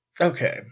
Okay